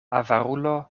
avarulo